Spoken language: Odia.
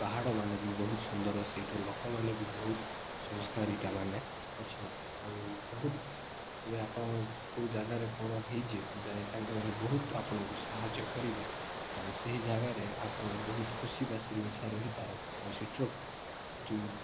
ପାହାଡ଼ ମାନ ବି ବହୁତ ସୁନ୍ଦର ସେଇଠାରୁ ଲୋକମାନେ ବି ବହୁତ ସଂସ୍କାରିଟା ମାନେ ଅଛନ୍ତି ଆଉ ବହୁତ ଏବେ ଆପଣ କେଉଁ ଜାଗାରେ କ'ଣ ହେଇଛି ଯାଏ ତାଙ୍କେ ମାନେ ବହୁତ ଆପଣଙ୍କୁ ସାହାଯ୍ୟ କରିବେ ଆଉ ସେହି ଜାଗାରେ ଆପଣ ବହୁତ ଖୁସି ବାସିି ମିିଶା ରହିପାରନ୍ତି ଆଉ ସେଇଟିର ଯେଉଁ